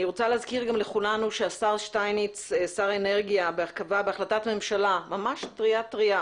אני רוצה להזכיר ששר האנרגיה יובל שטייניץ בהחלטת ממשלה טרייה